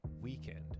weekend